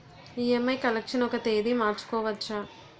EMI collection ఒక తేదీ మార్చుకోవచ్చా?